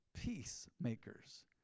peacemakers